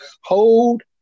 Hold